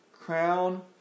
crown